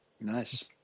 Nice